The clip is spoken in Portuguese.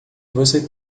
você